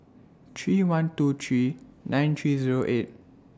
three one two three nine three Zero eight